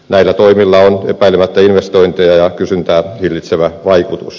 näillä toimilla on epäilemättä investointeja ja kysyntää hillitsevä vaikutus